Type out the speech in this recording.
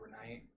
overnight